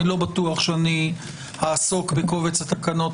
אני לא בטוח שאני אעסוק בקובץ התקנות